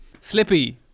Slippy